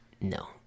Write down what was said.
No